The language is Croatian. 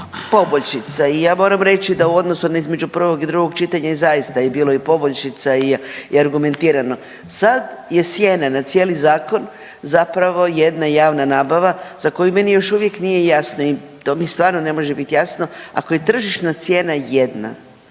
poboljšica i ja moram reći da u odnosu između prvog i drugog čitanja je zaista bilo i poboljšica i argumentirano. Sad je sjena na cijeli zakon zapravo jedna javna nabava za koju još uvijek meni nije jasno i to mi stvarno ne može biti jasno, ako je tržišna cijena jedna